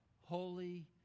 holy